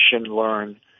learn